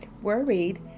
worried